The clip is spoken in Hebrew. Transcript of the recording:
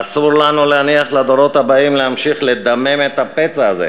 אסור לנו להניח לדורות הבאים להמשיך לדמם מהפצע הזה,